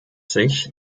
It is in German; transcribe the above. sich